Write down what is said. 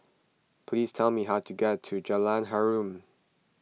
please tell me how to get to Jalan Harum